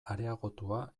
areagotua